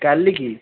କାଲିକି